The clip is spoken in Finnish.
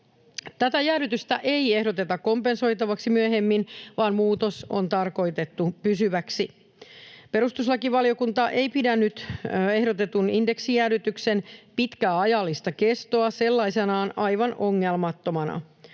Tätä jäädytystä ei ehdoteta kompensoitavaksi myöhemmin, vaan muutos on tarkoitettu pysyväksi. Perustuslakivaliokunta ei pidä nyt ehdotetun indeksijäädytyksen pitkää ajallista kestoa sellaisenaan aivan ongelmattomana.